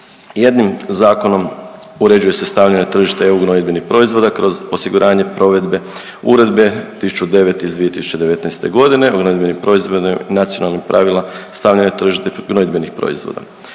Jednim zakonom uređuje se stavljanje na tržište EU gnojidbenih proizvoda kroz osiguranje provede Uredbe 1009 iz 2019. godine gnojidbenih proizvoda i nacionalnih pravila stavljanja na tržište gnojidbenih proizvoda,